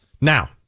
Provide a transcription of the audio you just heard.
Now